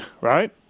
Right